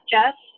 Jess